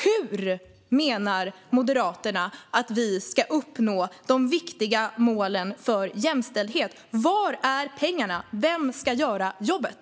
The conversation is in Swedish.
Hur menar Moderaterna att vi ska uppnå de viktiga målen för jämställdhet? Var är pengarna? Vem ska göra jobbet?